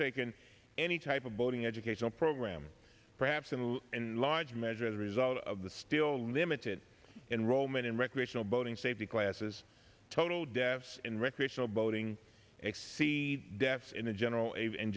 taken any type of boating educational program perhaps and in large measure the result of the still limited in roman and recreational boating safety classes total deaths and recreational boating exceed deaths in the general a